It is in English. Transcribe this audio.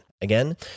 Again